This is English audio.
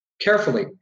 carefully